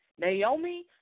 Naomi